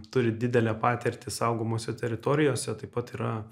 turi didelę patirtį saugomose teritorijose taip pat yra